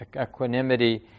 equanimity